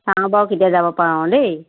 চাওঁ বাউ কেতিয়া যাব পাৰোঁ দেই